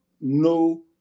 no